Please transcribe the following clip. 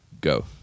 go